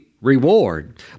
reward